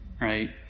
right